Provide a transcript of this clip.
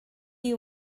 you